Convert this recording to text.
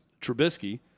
Trubisky